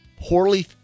poorly